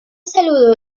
saludo